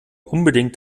unbedingt